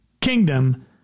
kingdom